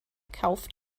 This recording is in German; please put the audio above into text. kauft